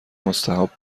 مستجاب